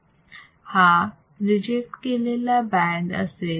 हा रिजेक्ट केलेला बँड असेल